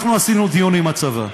אנחנו עשינו דיון עם הצבא,